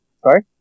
Sorry